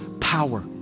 power